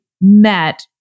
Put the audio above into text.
met